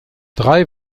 drei